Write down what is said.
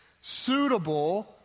suitable